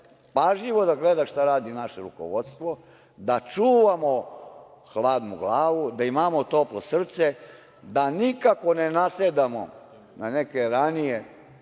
pažljivo da gleda šta radi naše rukovodstvo, da čuvamo hladnu glavu, da imamo toplo srce, da nikako ne nasedamo na neke ranije